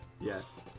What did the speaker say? Yes